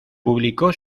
publicó